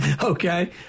Okay